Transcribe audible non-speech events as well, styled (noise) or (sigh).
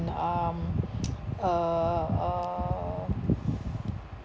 um (noise) uh uh